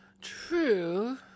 True